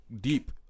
deep